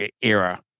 era